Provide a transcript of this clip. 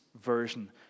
version